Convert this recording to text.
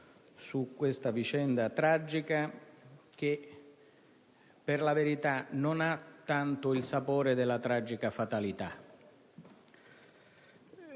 su questa vicenda tragica che, per la verità, non ha tanto il sapore della tragica fatalità.